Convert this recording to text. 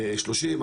שלושים,